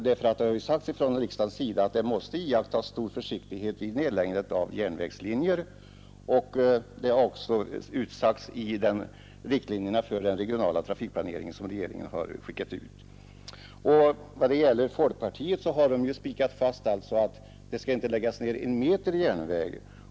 Det har sagts från riksdagens sida att det måste iakttas stor försiktighet vid nedläggandet av järnvägslinjer. Det har också utsagts i riktlinjerna för den regionala trafikplaneringen som regeringen skickat ut. Vad gäller folkpartiet har detta spikat fast att det inte skall läggas ned en meter järnväg.